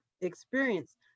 experience